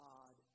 God